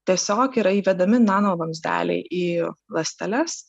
tiesiog yra įvedami nano vamzdeliai į ląsteles